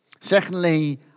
Secondly